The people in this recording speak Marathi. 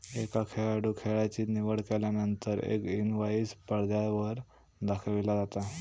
एका खेळाडूं खेळाची निवड केल्यानंतर एक इनवाईस पडद्यावर दाखविला जाता